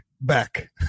back